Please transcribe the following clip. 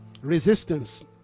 resistance